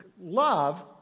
Love